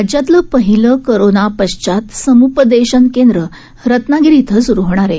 राज्यातलं पहिलं करोनापश्चात समुपदेशन केंद्र रत्नापिरी इथं सुरू होणार आहे